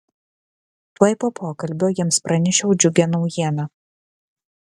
tuoj po pokalbio jiems pranešiau džiugią naujieną